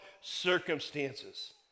circumstances